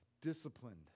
disciplined